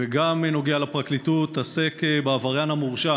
שגם נוגע לפרקליטות, עוסק בעבריין המורשע